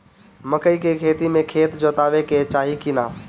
मकई के खेती मे खेत जोतावे के चाही किना?